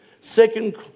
Second